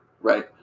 Right